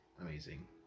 amazing